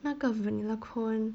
那个 vanilla cone